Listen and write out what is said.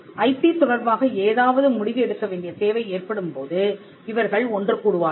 IP தொடர்பாக ஏதாவது முடிவு எடுக்க வேண்டிய தேவை ஏற்படும் போது இவர்கள் ஒன்று கூடுவார்கள்